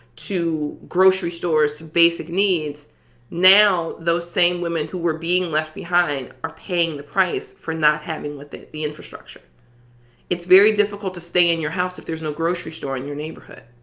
to grocery stores, to basic needs now those same women who were being left behind are paying the price for not having with the the infrastructure it's very difficult to stay in your house if there's no grocery store in your neighborhood.